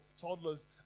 toddlers